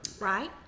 right